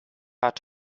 out